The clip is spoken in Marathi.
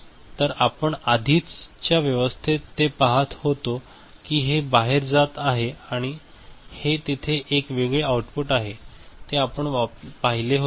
तर आपण आधीच्या व्यवस्थेत हे पाहत होतो की हे बाहेर जात आहे आणि हे तेथे एक वेगळे आउटपुट आहे हे आपण पाहिले होते